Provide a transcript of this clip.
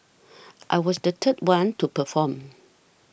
I was the third one to perform